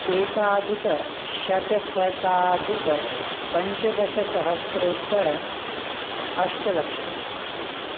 एकाधिकषट्शताधिकपञ्चदशसहस्रोत्तर अष्टलक्षं